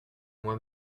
moi